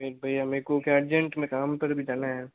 फिर भैया मेको क्या अर्जेंट में काम पर भी जाना है